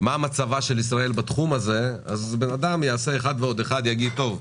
מה מצבה של ישראל בתחום הזה אז אדם יעשה אחד ועוד אחד ויגיד: טוב,